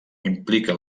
implica